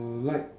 like